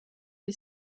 die